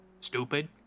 Stupid